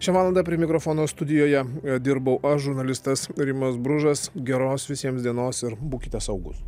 šią valandą prie mikrofono studijoje dirbau aš žurnalistas rimas bružas geros visiems dienos ir būkite saugūs